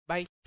Bye